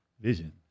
vision